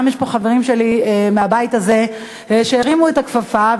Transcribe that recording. יש פה חברים שלי מהבית הזה שהרימו את הכפפה,